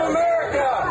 America